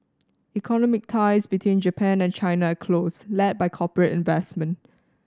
economic ties between Japan and China are close led by corporate investment